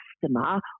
customer